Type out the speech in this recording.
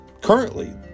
Currently